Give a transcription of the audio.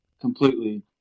completely